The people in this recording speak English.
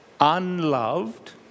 unloved